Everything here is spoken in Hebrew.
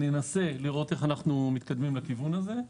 ננסה לראות איך אנחנו מתקדמים לכיוון הזה.